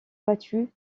battu